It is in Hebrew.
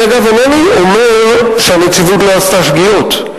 אני, אגב, אינני אומר שהנציבות לא עשתה שגיאות,